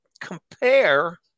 compare